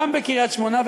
גם בקריית-שמונה,